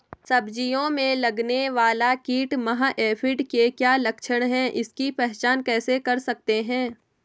सब्जियों में लगने वाला कीट माह एफिड के क्या लक्षण हैं इसकी पहचान कैसे कर सकते हैं?